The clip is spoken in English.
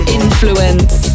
influence